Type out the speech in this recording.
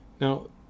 Now